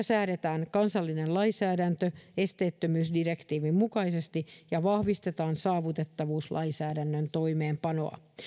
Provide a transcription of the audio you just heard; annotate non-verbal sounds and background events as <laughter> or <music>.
<unintelligible> säädetään kansallinen lainsäädäntö esteettömyysdirektiivin mukaisesti ja vahvistetaan saavutettavuuslainsäädännön toimeenpanoa